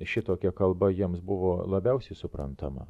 šitokia kalba jiems buvo labiausiai suprantama